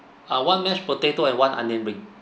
uh one mashed potato and one onion ring